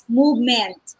movement